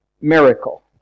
miracle